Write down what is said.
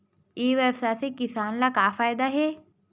ई व्यवसाय से किसान ला का फ़ायदा हे?